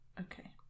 Okay